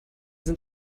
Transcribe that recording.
sind